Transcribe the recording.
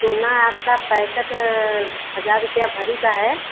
सोना आपका पैंसठ हज़ार रुपये भरी का है